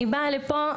אני באה לפה,